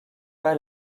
pas